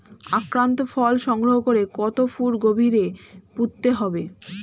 আক্রান্ত ফল সংগ্রহ করে কত ফুট গভীরে পুঁততে হবে?